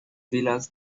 villas